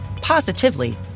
positively